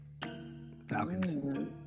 Falcons